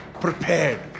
prepared